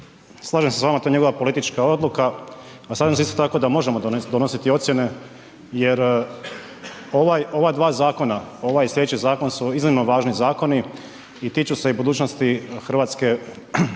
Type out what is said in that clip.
Slažem se s vama to je njegova politička odluka, a slažem se isto tako da možemo donositi ocjene jer ovaj, ova dva zakona, ovaj i slijedeći zakon su iznimno važni zakoni i tiču se i budućnosti hrvatske javne